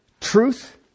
truth